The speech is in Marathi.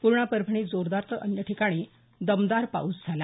पूर्णा परभणीत जोरदार तर अन्य ठिकाणी दमदार पाऊस झाला